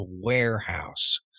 warehouse